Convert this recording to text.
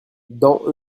dans